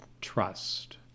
trust